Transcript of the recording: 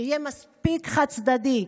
שיהיה מספיק חד-צדדי,